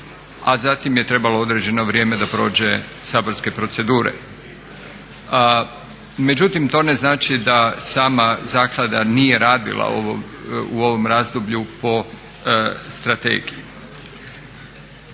a zatim je trebalo određeno vrijeme da prođe saborske procedure. Međutim, to ne znači da sama zaklada nije radila u ovom razdoblju po strategiji.